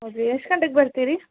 ಹೌದಾ ಎಷ್ಟು ಗಂಟೆಗೆ ಬರ್ತೀರಿ